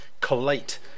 collate